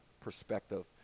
perspective